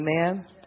Amen